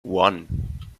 one